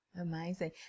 Amazing